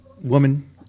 woman